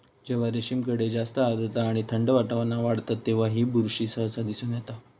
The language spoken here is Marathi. जेव्हा रेशीम किडे जास्त आर्द्रता आणि थंड वातावरणात वाढतत तेव्हा ही बुरशी सहसा दिसून येता